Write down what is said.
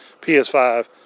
PS5